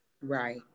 Right